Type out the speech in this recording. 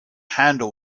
handle